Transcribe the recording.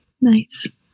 Nice